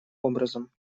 образом